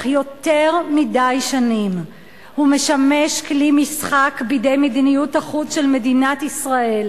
יותר מדי שנים הוא משמש כלי משחק בידי מדיניות החוץ של מדינת ישראל,